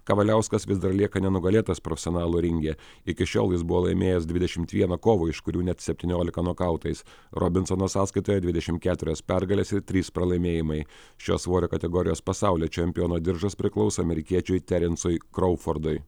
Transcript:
kavaliauskas vis dar lieka nenugalėtas profesionalų ringe iki šiol jis buvo laimėjęs dvidešimt vieną kovą iš kurių net septyniolika nokautais robinsono sąskaitoje dvidešimt keturios pergales ir trys pralaimėjimai šios svorio kategorijos pasaulio čempiono diržas priklauso amerikiečiui terencui kroufordui